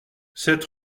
sept